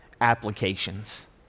applications